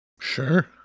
Sure